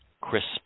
crisp